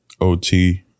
OT